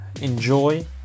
enjoy